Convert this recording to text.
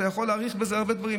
אתה יכול להאריך בזה, הרבה דברים.